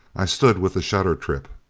i stood with the shutter trip.